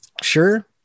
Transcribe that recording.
sure